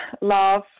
love